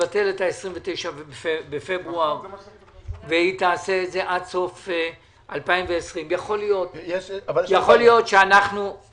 שתבטל את ה-29.2 והיא תעשה את זה עד סוף 2020. יכול להיות שאתם